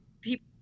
people